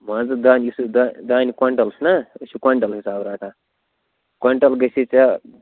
مان ژٕ دَہ یُس یہِ دا دانہِ کوینٹَل چھُنا یہِ چھُ کوینٹَل حِساب رَٹان کوینٹَل گٔژھی ژےٚ